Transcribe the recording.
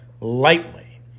lightly